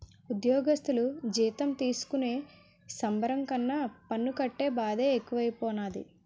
ఉజ్జోగస్థులు జీతం తీసుకునే సంబరం కన్నా పన్ను కట్టే బాదే ఎక్కువైపోనాది